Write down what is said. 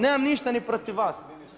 Nemam ništa ni protiv vas.